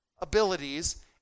abilities